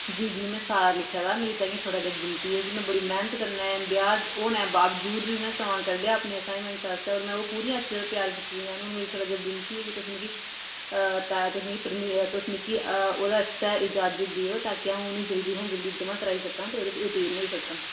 ते में सारा लिखे दा ते मेरी थुहाड़े अग्गें एह् विनती ऐ कि मैह्नत कन्नै ब्याह् होने दे बावजूद जरूर में टाईम कड्ढेआ अपने असाइनमेंट्स आस्तै ओह् में पूरियां त्यार कीती दियां न ते मेरी थुहाड़े अग्गें विनती ऐ की तुस मिगी ओह्दे आस्तै इजाजत देओ ता की अं'ऊ ओह्दे आस्तै जल्दी कोला जल्दी जमां कराई सकां ते ओह्दे च उत्तीर्ण होई सकां